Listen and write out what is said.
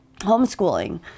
homeschooling